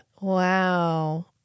Wow